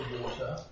water